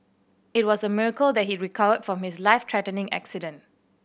it was a miracle that he recovered from his life threatening accident